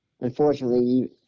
unfortunately